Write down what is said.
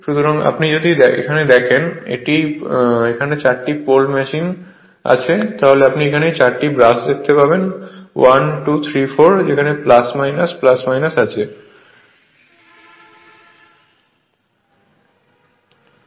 সুতরাং আপনি যদি এখানে দেখেন এটি 4টি পোল মেশিন তাহলে আপনি এখানে 4টি ব্রাশ দেখতে পাবেন 1 2 3 4